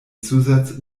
zusatz